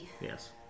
yes